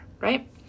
right